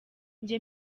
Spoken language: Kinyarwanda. njye